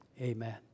Amen